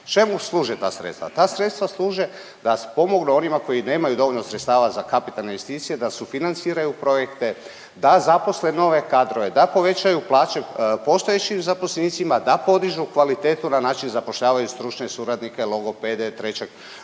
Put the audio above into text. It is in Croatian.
Čemu služe ta sredstva? Ta sredstva služe da pomognu onima koji nemaju dovoljno sredstava za kapitalne investicije, da sufinanciraju projekte, da zaposle nove kadrove, da povećaju plaće postojećim zaposlenicima, da podižu kvalitetu na način zapošljavaju stručne suradnike, logopede, trećeg